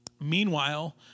Meanwhile